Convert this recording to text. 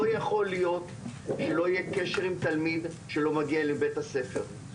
לא יכול להיות שלא יהיה קשר עם תלמיד שלא מגיע לבית הספר.